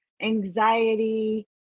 anxiety